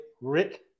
Rick